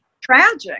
tragic